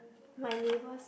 my neighbours